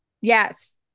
Yes